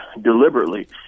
deliberately